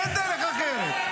אין דרך אחרת.